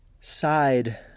side